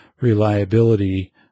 reliability